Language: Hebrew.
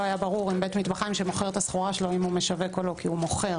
במקום "בסמל